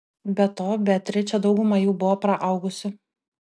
be to beatričė daugumą jų buvo praaugusi